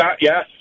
yes